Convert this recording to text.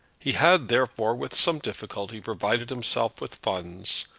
he had, therefore, with some difficulty, provided himself with funds,